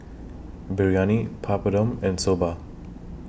Biryani Papadum and Soba